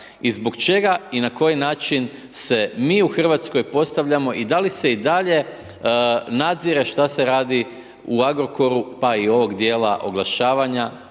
i zbog čega i na koji način se mi u Hrvatskoj postavljamo i da li se i dalje nadzire šta se radi u Agrokoru pa i ovog djela oglašavanja